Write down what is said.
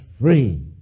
free